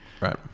Right